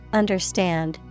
understand